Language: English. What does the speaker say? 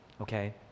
okay